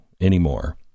anymore